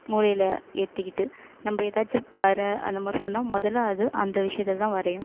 மூளையில் ஏற்றிக்கிட்டு நம்ப எதாச்சும் வர அந்தமாதிரி சொன்னால் முதல்ல அது அந்த விஷயத்தைதான் வரையும்